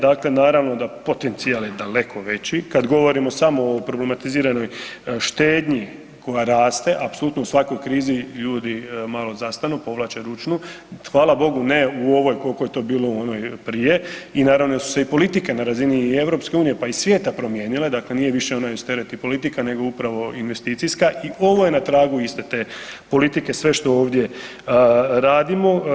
Dakle, naravno da potencijal je daleko veći kad govorimo samo o problematiziranoj štednji koja raste, apsolutno u svakoj krizi ljudi malo zastanu, povlače ručnu, hvala Bogu ne u ovoj kolko je to bilo u onoj prije i naravno da su se i politike na razini i EU, pa i svijeta promijenile, dakle nije više onaj … [[Govornik se ne razumije]] politika nego upravo investicijska i ovo je na tragu iste te politike sve što ovdje radimo.